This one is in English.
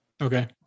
Okay